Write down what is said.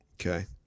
Okay